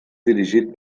dirigit